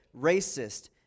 racist